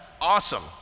awesome